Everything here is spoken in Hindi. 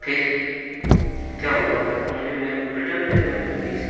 फ़िर क्या होगा आप बताओ मुझे मेरे को रिटन दे दो मेरे पैसे